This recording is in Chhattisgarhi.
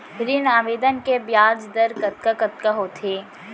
ऋण आवेदन के ब्याज दर कतका कतका होथे?